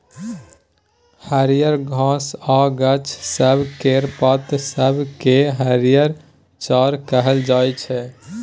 हरियर घास आ गाछ सब केर पात सब केँ हरिहर चारा कहल जाइ छै